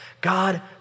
God